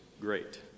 great